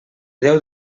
déu